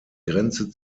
grenze